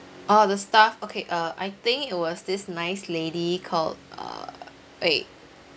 oh the staff okay uh I think it was this nice lady called uh wait